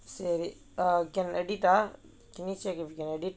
சரி:sari err can edit ah can you see if you can edit